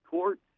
Court